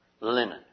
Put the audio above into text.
linen